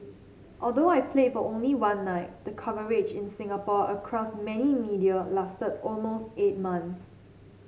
although I played for only one night the coverage in Singapore across many media lasted almost eight months